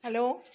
hello